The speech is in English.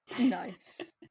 Nice